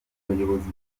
bayobozi